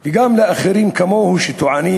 וגם לאחרים כמוהו שטוענים